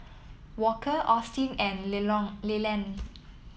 Walker Austin and Lelond